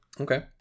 Okay